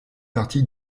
partie